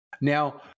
now